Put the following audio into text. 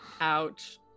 Ouch